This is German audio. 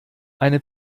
eine